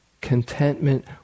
contentment